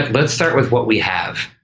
let's start with what we have,